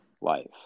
life